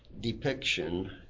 depiction